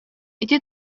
ити